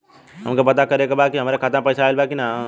हमके पता करे के बा कि हमरे खाता में पैसा ऑइल बा कि ना?